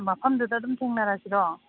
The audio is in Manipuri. ꯃꯐꯝꯗꯨꯗ ꯑꯗꯨꯝ ꯊꯦꯡꯅꯔꯁꯤꯔꯣ